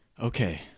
Okay